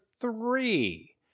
three